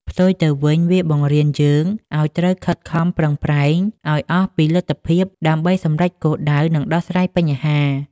ផ្ទុយទៅវិញ វាបង្រៀន យើងត្រូវតែខិតខំប្រឹងប្រែងឱ្យអស់ពីលទ្ធភាពដើម្បីសម្រេចគោលដៅ និងដោះស្រាយបញ្ហា។